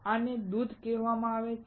આને દૂધ કહેવામાં આવે છે